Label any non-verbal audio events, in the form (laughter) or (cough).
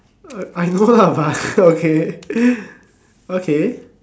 uh I know lah but okay (laughs) okay